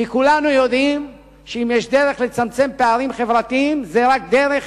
כולנו יודעים שאם יש דרך לצמצם פערים חברתיים זה רק דרך